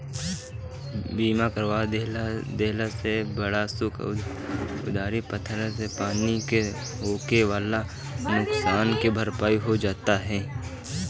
बीमा करवा देहला से बाढ़ सुखा अउरी पत्थर पानी से होखेवाला नुकसान के भरपाई हो जात हवे